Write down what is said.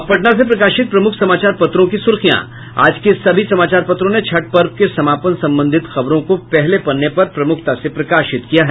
अब पटना से प्रकाशित प्रमुख समाचार पत्रों की सुर्खियां आज के सभी समाचार पत्रों ने छठ पर्व के समापन संबंधित खबरों को पहले पन्ने पर प्रमुखता से प्रकाशित किया है